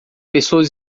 pessoas